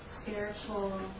spiritual